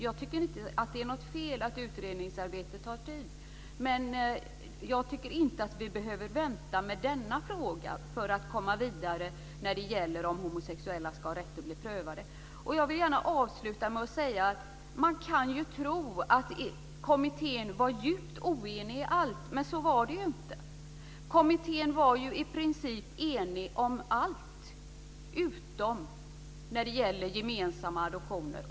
Jag tycker inte att det är något fel att utredningsarbete tar tid. Men vi behöver inte vänta med denna fråga. Vi kan komma vidare när det gäller frågan om homosexuella ska ha rätt att bli prövade. Jag vill gärna avsluta med att säga följande. Man kan tro att kommittén var djupt oenig i allt. Men så var det inte. Kommittén var i princip enig om allt utom gemensamma adoptioner.